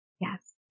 Yes